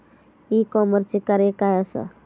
E कॉमर्सचा कार्य काय असा?